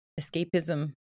Escapism